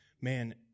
Man